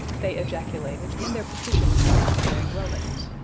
they ejaculated in their petition to the conquering romans.